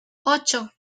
ocho